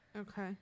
Okay